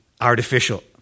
artificial